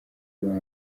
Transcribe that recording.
uyu